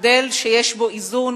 מודל שיש בו איזון